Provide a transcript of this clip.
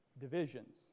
divisions